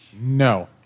No